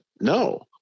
No